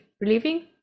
relieving